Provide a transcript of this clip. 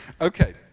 Okay